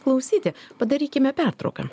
klausyti padarykime pertrauką